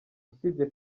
usibye